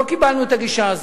לא קיבלנו את הגישה הזאת,